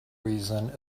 reason